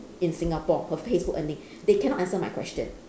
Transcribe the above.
in singapore her facebook earning they cannot answer my question